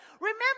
Remember